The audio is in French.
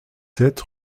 sept